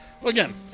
again